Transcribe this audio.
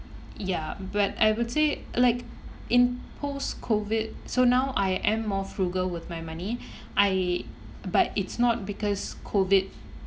ya but I would say like in post-COVID so now I am more frugal with my money I but it's not because COVID